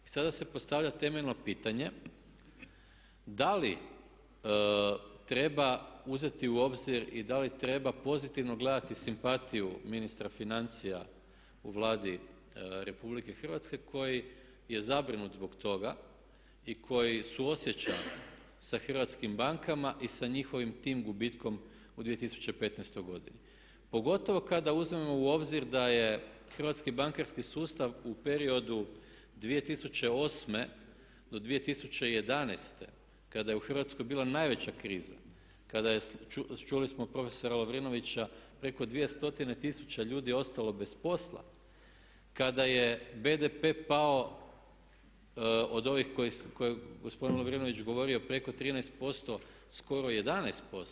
I sada se postavlja temeljno pitanje da li treba uzeti u obzir i da li treba pozitivno gledati simpatiju ministra financija u Vladi Republike Hrvatske koji je zabrinut zbog toga i koji suosjeća sa hrvatskim bankama i sa njihovim tim gubitkom u 2015. godini pogotovo kada uzmemo u obzir da je hrvatski bankarski sustav u periodu 2008. do 2011. kada je u Hrvatskoj bila najveća kriza, kada je čuli smo prof. Lovrinovića preko 2 stotine tisuća ljudi ostalo bez posla, kada je BDP pao od ovih koje je gospodin Lovrinović govorio preko 13% skoro 11%